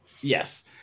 Yes